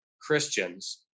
Christians